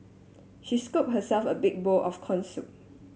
she scoop herself a big bowl of corn soup